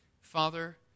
Father